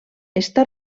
està